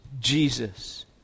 Jesus